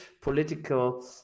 political